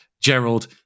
Gerald